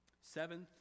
Seventh